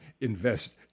Invest